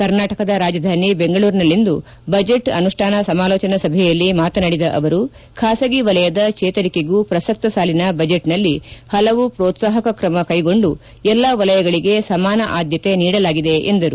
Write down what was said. ಕರ್ನಾಟಕದ ರಾಜಧಾನಿ ಬೆಂಗಳೂರಿನಲ್ಲಿಂದು ಬಜೆಟ್ ಅನುಷ್ಟಾನ ಸಮಾಲೋಚನಾ ಸಭೆಯಲ್ಲಿ ಮಾತನಾಡಿದ ಅವರು ಖಾಸಗಿ ವಲಯದ ಚೇತರಿಕೆಗೂ ಪ್ರಸಕ್ತ ಸಾಲಿನ ಬಜೆಟ್ನಲ್ಲಿ ಹಲವು ಪ್ರೋತ್ಲಾಹಕ ಕ್ರಮ ಕೈಗೊಂಡು ಎಲ್ಲಾ ವಲಯಗಳಿಗೆ ಸಮಾನ ಆದ್ಲತೆ ನೀಡಲಾಗಿದೆ ಎಂದರು